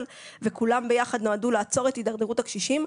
וכולם ביחד נועדו לעצור את הידרדרות הקשישים,